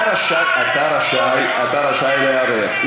אתה רשאי לערער.